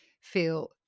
feel